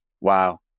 Wow